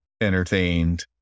entertained